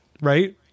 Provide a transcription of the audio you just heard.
right